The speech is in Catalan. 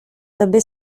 també